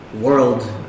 world